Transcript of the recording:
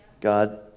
God